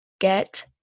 Get